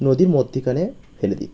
নদীর মধ্যেখানে ফেলে দিত